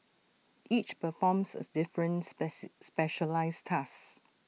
each performs A different spice specialised task